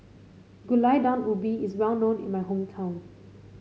Gulai Daun Ubi is well known in my hometown